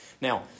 Now